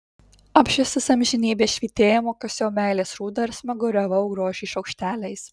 apšviestas amžinybės švytėjimo kasiau meilės rūdą ir smaguriavau grožį šaukšteliais